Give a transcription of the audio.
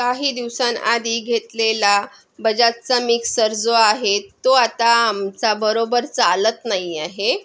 काही दिवसांआधी घेतलेला बजाजचा मिक्सर जो आहे तो आता आमचा बरोबर चालत नाही आहे